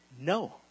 No